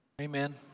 Amen